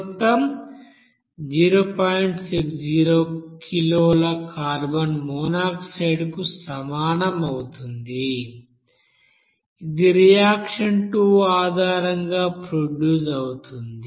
60 కిలోల carbon monoxide కు సమానం అవుతుంది ఇది రియాక్షన్ 2 ఆధారంగా ప్రొడ్యూస్ అవుతుంది